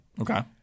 Okay